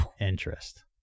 interest